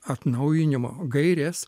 atnaujinimo gairės